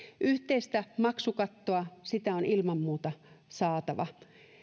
yhteinen maksukatto on ilman muuta saatava